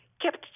kept